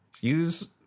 Use